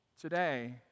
today